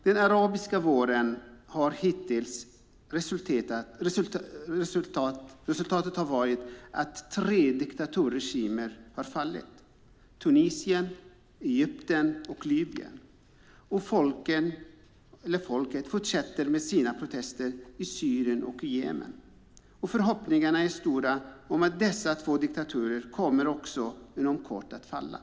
Den arabiska våren har hittills resulterat i att tre diktaturregimer fallit - Tunisien, Egypten och Libyen - och folken i Syrien och Jemen fortsätter med sina protester. Förhoppningarna är stora att dessa två diktaturer inom kort också kommer att falla.